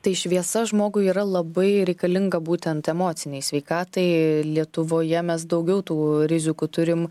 tai šviesa žmogui yra labai reikalinga būtent emocinei sveikatai lietuvoje mes daugiau tų rizikų turim